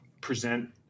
present